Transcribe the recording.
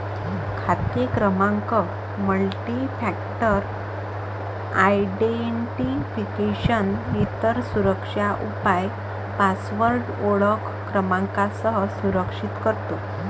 खाते क्रमांक multifactor identification, इतर सुरक्षा उपाय पासवर्ड ओळख क्रमांकासह संरक्षित करतो